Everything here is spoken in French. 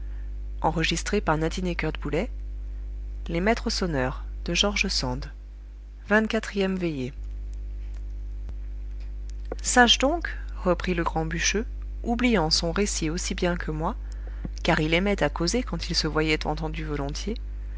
vingt-quatrième veillée sache donc reprit le grand bûcheux oubliant son récit aussi bien que moi car il aimait à causer quand il se voyait entendu volontiers